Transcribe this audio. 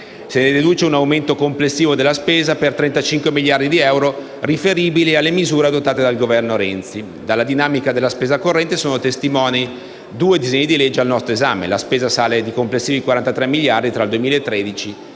Se ne deduce un aumento complessivo della spesa per 35 miliardi di euro riferibili alle misure adottate dal Governo Renzi. Della dinamica della spesa corrente sono testimoni i due disegni di legge al nostro esame: la spesa sale di complessivi 43 miliardi tra il 2013 e il 2016.